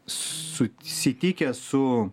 susitikę su